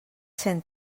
sent